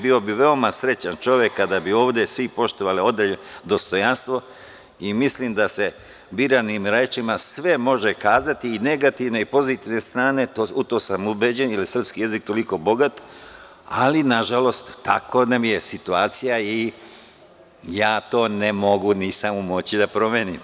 Bio bih veoma srećan čovek kada bi ovde svi poštovali odeljak – dostojanstvo i mislim da se biranim rečima sve može kazati i negativne i pozitivne strane, u to sam ubeđen, jer je srpski jezik toliko bogat, ali nažalost, takva nam je situacija i ja to ne mogu, nisam u moći da promenim.